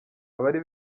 abari